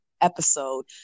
episode